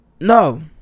no